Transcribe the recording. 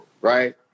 right